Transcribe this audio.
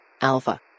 Alpha